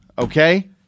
Okay